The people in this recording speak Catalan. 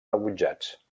rebutjats